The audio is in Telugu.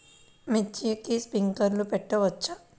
మిర్చికి స్ప్రింక్లర్లు పెట్టవచ్చా?